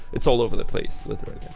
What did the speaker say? it's all over the place, literally